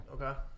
Okay